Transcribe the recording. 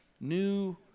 New